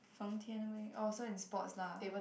Feng-Tian-Wei oh so in sports lah